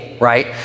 Right